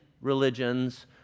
religions